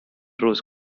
rose